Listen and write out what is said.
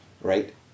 Right